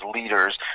leaders